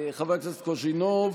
חבר הכנסת קוז'ינוב.